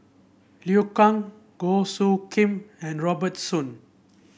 Liu Kang Goh Soo Khim and Robert Soon